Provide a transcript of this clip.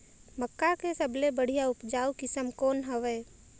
मक्का के सबले बढ़िया उपजाऊ किसम कौन हवय?